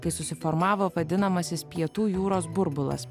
kai susiformavo vadinamasis pietų jūros burbulas